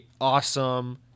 awesome